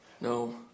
No